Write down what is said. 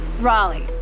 Raleigh